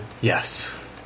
Yes